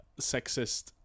sexist